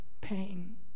pain